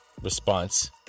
response